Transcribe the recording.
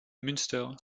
münster